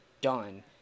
done